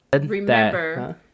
Remember